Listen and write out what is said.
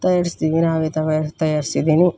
ತಯಾರ್ಸ್ತೀವಿ ನಾವೇ ತವಯಾರ್ ತಯಾರಿಸಿದ್ದೀನಿ